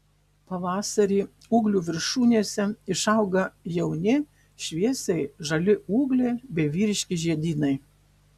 pavasarį ūglių viršūnėse išauga jauni šviesiai žali ūgliai bei vyriški žiedynai